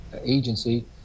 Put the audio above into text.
agency